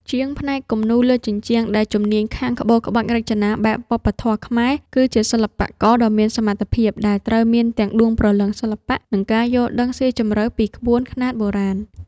ជាងផ្នែកគំនូរលើជញ្ជាំងដែលជំនាញខាងក្បូរក្បាច់រចនាបែបវប្បធម៌ខ្មែរ គឺជាសិល្បករដ៏មានសមត្ថភាពដែលត្រូវមានទាំងដួងព្រលឹងសិល្បៈ និងការយល់ដឹងស៊ីជម្រៅពីក្បួនខ្នាតបុរាណ។